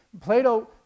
Plato